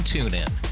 TuneIn